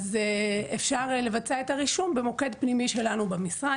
אפשר לבצע את הרישום במוקד פנימי שלנו במשרד.